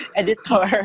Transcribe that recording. editor